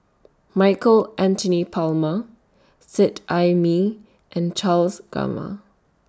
Michael Anthony Palmer Seet Ai Mee and Charles Gamma